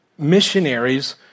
missionaries